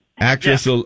Actress